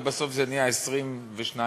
ובסוף זה נהיה 22 מיליון,